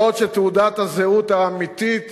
בעוד שתעודת הזהות האמיתית